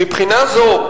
מבחינה זו,